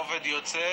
עובד יוצא,